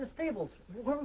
the stables were